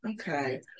Okay